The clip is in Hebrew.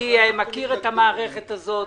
אני מכיר את המערכת הזאת.